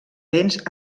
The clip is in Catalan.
vents